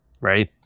Right